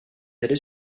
délai